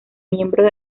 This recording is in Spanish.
miembros